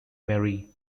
mary